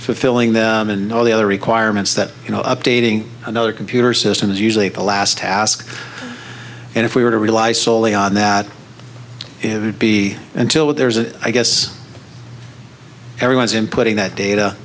fulfilling them and all the other requirements that you know updating another computer system is usually the last task and if we were to rely solely on that it would be until there's a i guess everyone's inputting that data